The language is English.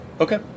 Okay